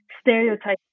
Stereotyping